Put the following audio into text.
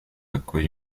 какое